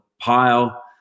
pile